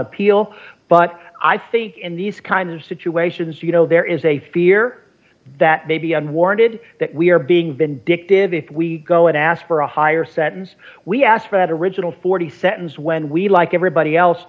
appeal but i think in these kind of situations you know there is a fear that may be unwarranted that we are being vindictive if we go and ask for a higher sentence we asked for that original forty sentence when we like everybody else